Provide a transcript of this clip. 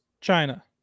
China